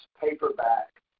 paperback